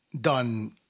done